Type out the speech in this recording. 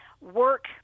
work